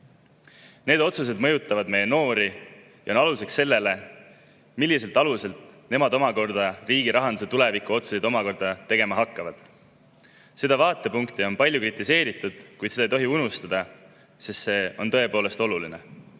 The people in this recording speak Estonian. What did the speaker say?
Need otsused mõjutavad meie noori ja on aluseks sellele, mille [põhjal] nemad omakorda tulevikus riigi rahanduse otsuseid tegema hakkavad. Seda vaatepunkti on palju kritiseeritud, kuid seda ei tohi unustada, sest see on tõepoolest oluline,